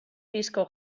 disko